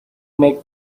make